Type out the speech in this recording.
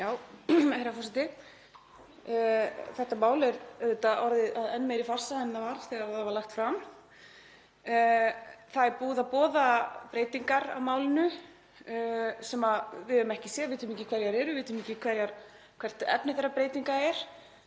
Herra forseti. Þetta mál er auðvitað orðið að enn meiri farsa en það var þegar það var lagt fram. Það er búið að boða breytingar á málinu sem við höfum ekki séð, vitum ekki hverjar eru, vitum ekki hvert efni þeirra breytinga er.